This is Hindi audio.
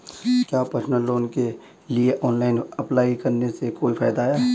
क्या पर्सनल लोन के लिए ऑनलाइन अप्लाई करने से कोई फायदा है?